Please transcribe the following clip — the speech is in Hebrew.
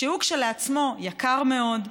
שהוא כשלעצמו יקר מאוד,